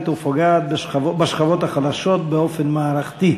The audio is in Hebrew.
ופוגעת בשכבות החלשות באופן מערכתי.